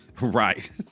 right